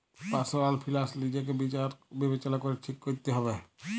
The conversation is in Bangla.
পার্সলাল ফিলান্স লিজকে বিচার বিবচলা ক্যরে ঠিক ক্যরতে হুব্যে